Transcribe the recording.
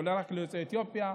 או רק ליוצאי אתיופיה.